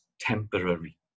temporary